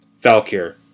Valkyr